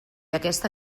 aquesta